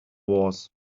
wars